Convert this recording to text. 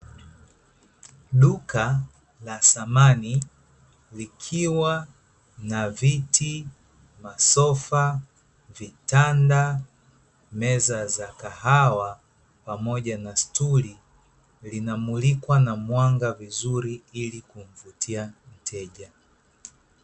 Duka la samani likiwa na, viti, masofa, vitanda, meza za kahawa pamoja na stuli, linamulikwa na mwanga vizuri ili kuwavutia wateja.